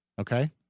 Okay